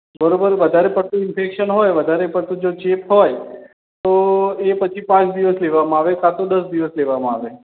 બરાબર વધારે પડતું ઇન્ફૅક્શન હોય વધારે પડતો જો ચેપ હોય તો એ પછી પાંચ દિવસ લેવામાં આવે કાં તો દસ દિવસ લેવામાં આવે